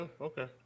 Okay